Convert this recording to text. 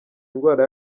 indwara